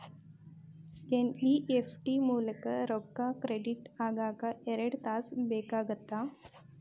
NEFT ಮೂಲಕ ರೊಕ್ಕಾ credit ಆಗಾಕ ಎರಡ್ ತಾಸ ಬೇಕಾಗತ್ತಾ